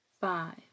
five